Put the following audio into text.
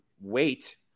wait